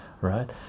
Right